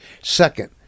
second